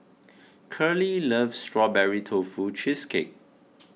Curley loves Strawberry Tofu Cheesecake